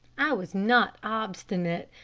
i was not obstinate,